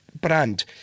brand